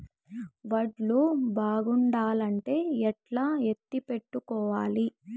వడ్లు బాగుండాలంటే ఎట్లా ఎత్తిపెట్టుకోవాలి?